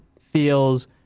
feels